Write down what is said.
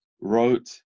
wrote